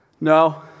No